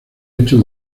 hecho